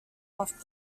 off